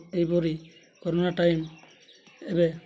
ଏହିପରି corona time ଏବେ